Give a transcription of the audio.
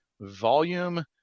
volume